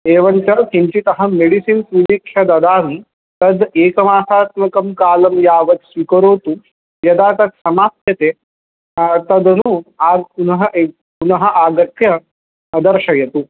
एवञ्च किञ्चितहं मेडिसिन्स् निरीक्ष्य ददामि तद् एकमासात्मकं कालं यावत् स्वीकरोतु यदा तत् समाप्यते तदनु आग् पुनः एक् पुनः आगत्य दर्शयतु